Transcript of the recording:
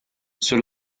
ceux